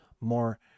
more